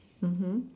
mmhmm